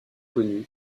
connue